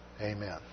Amen